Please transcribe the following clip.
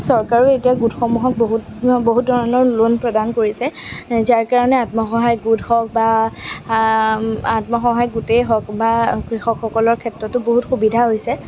চৰকাৰেও এতিয়া গোটসমূহক বহুত বহুত ধৰণৰ লোন প্ৰদান কৰিছে যাৰ কাৰণে আত্মসহায়ক গোট হওক বা আত্মসহায়ক গোটেই হওক বা কৃষকসকলৰ ক্ষেত্ৰতো বহুত সুবিধা হৈছে